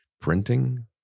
printing